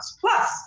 plus